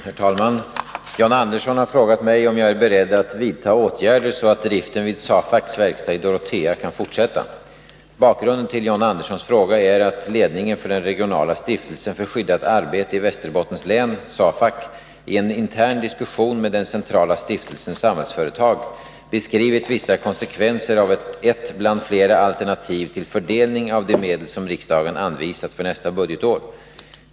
Herr talman! John Andersson har frågat mig om jag är beredd att vidta åtgärder så att driften vid SAFAC:s verkstad i Dorotea kan fortsätta. Bakgrunden till John Anderssons fråga är att ledningen för den regionala stiftelsen för skyddat arbete i Västerbottens län — SAFAC -— i en intern diskussion med den centrala Stiftelsen Samhällsföretag — beskrivit vissa konsekvenser av ett bland flera alternativ till fördelning av de medel som riksdagen anvisat för nästa budgetår.